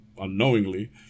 unknowingly